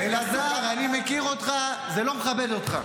אלעזר, אני מכיר אותך, זה לא מכבד אותך.